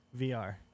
VR